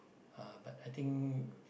uh but I think